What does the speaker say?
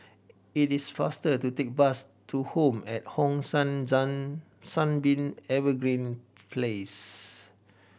it is faster to take the bus to Home at Hong San Sunbeam Evergreen Place